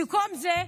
במקום זה,